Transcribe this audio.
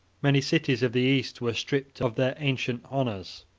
many cities of the east were stripped of their ancient honors,